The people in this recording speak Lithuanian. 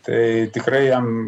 tai tikrai jam